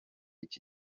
iki